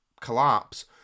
collapse